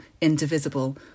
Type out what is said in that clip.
indivisible